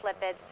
lipids